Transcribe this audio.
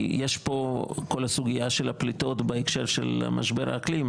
כי יש פה את כל הסוגייה של הפליטות בהקשר של משבר האקלים,